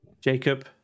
Jacob